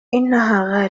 إنها